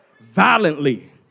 violently